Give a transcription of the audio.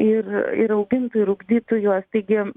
ir ir augintų ir ugdytų juos taigi